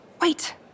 Wait